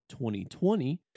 2020